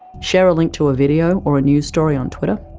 share a link to a video, or a news story on twitter?